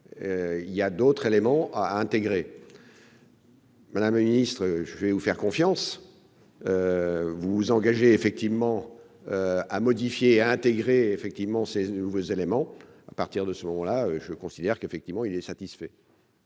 il y a d'autres éléments a intégré. Madame le Ministre je vais vous faire confiance, vous vous engagez effectivement à modifier, à intégrer effectivement ces nouveaux éléments, à partir de ce moment-là, je considère qu'effectivement il est satisfait.